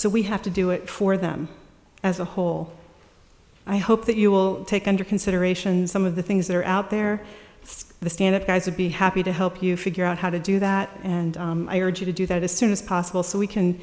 so we have to do it for them as a whole i hope that you will take under consideration some of the things that are out there just the stand up guys would be happy to help you figure out how to do that and i urge you to do that as soon as possible so we can